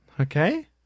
Okay